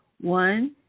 One